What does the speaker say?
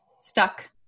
stuck